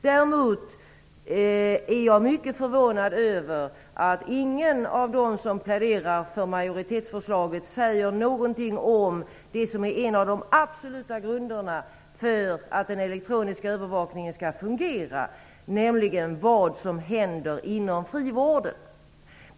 Däremot är jag mycket förvånad över att ingen av dem som pläderar för majoritetsförslaget säger någonting om det som är en av de absoluta grunderna för att den elektroniska övervakningen skall fungera, nämligen vad som händer inom frivården.